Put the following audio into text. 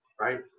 right